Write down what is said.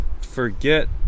forget